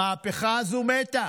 המהפכה הזו מתה.